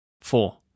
Four